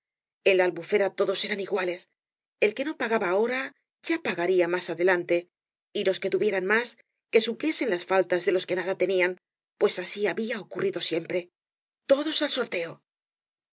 ea la albufera todoa eraa iguales el que no pagaba ahora ya pagaría más adelante y loa que tuvieran máa que supliesen las faltas de los que nada tenían pues así había ocurrido siempre todoa al sorteo